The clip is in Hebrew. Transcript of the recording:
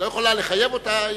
את לא יכולה לחייב אותה.